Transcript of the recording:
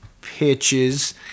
pitches